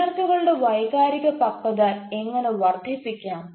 വിദ്യാർത്ഥികളുടെ വൈകാരിക പക്വത എങ്ങനെ വർദ്ധിപ്പിക്കാം